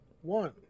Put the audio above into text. one